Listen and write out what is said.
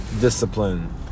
Discipline